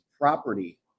property